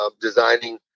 designing